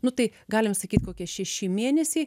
nu tai galim sakyt kokie šeši mėnesiai